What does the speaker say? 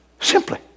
Simply